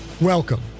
Welcome